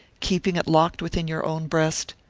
keeping it locked within your own breast?